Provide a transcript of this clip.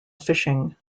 fishing